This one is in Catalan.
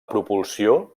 propulsió